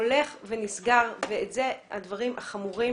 הולך ונסגר ואלה הדברים החמורים